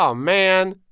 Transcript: um man